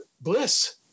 bliss